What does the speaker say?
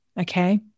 Okay